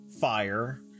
fire